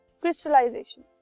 crystallization